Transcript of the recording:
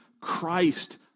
Christ